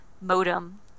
modem